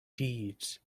deeds